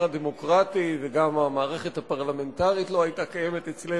הדמוקרטי וגם המערכת הפרלמנטרית לא היתה קיימת אצלנו,